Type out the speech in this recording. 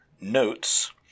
notes